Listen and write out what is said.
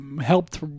helped